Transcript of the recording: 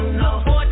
no